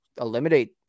eliminate